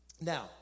Now